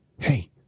Hey